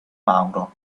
mauro